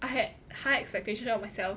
I had high expectations of myself